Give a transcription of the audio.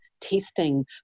testing